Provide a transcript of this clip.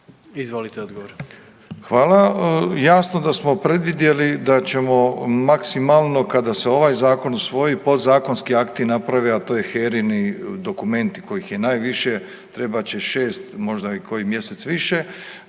**Milatić, Ivo** Hvala. Jasno da s smo predvidjeli da ćemo maksimalno kada se ovaj zakon usvoji, podzakonski akti naprave, a to je HERINI dokumenti kojih je najviše trebat će 6 možda i koji mjesec više,